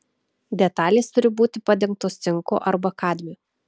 detalės turi būti padengtos cinku arba kadmiu